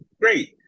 great